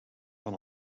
van